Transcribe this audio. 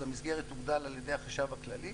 אז המסגרת תוגדל על ידי החשב הכללי.